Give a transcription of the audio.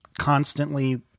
constantly